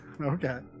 Okay